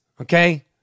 okay